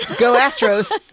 go, astros.